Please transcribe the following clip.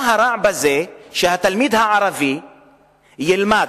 מה הרע בזה, שהתלמיד הערבי ילמד,